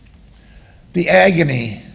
the agony,